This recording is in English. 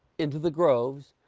into the groves,